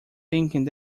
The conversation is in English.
thinking